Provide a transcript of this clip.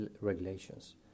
regulations